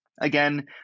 again